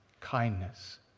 kindness